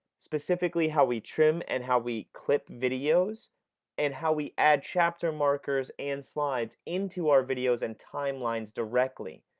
specifically how we trim and how we clip videos and how we add chapter markers and slides into our videos and timelines directly.